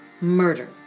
Murder